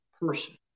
person